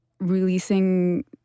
releasing